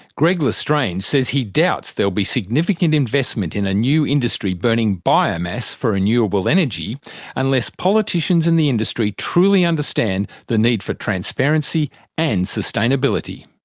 greg l'estrange says he doubts there will be significant investment in a new industry burning biomass for renewable energy unless politicians and the industry truly understand the need for transparency and sustainability.